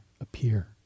appear